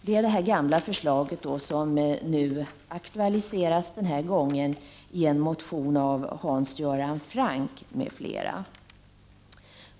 Det är ett gammalt förslag som nu auktualiseras i en motion av Hans Göran Franck m.fl.